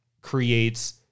creates